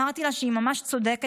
אמרתי לה שהיא ממש צודקת,